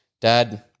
Dad